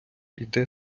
йде